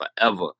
forever